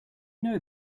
know